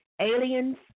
aliens